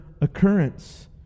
occurrence